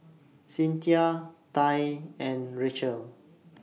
Cynthia Tai and Rachelle